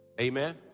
Amen